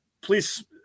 please